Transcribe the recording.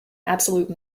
absolute